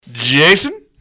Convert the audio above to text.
Jason